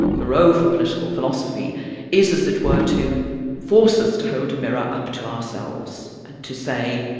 the role for political philosophy is as it were, to force us to hold a mirror up to ourselves and to say,